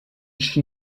she